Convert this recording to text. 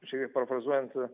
šiaip perfrazuojant